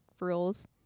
rules